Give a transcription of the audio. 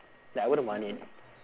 like I wouldn't want it